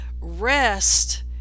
rest